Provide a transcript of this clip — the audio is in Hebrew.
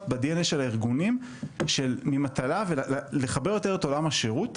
ב-DNA של הארגונים ממטלה ולחבר יותר את עולם השירות.